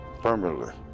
permanently